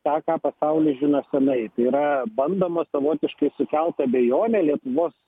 tą ką pasauly žino senai tai yra bandoma savotiškai sukelt abejonę lietuvos